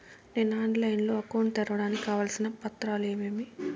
నేను ఆన్లైన్ లో అకౌంట్ తెరవడానికి కావాల్సిన పత్రాలు ఏమేమి?